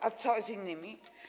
A co z innymi?